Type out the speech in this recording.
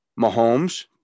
Mahomes